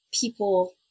people